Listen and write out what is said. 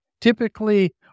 typically